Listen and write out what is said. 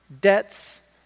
debts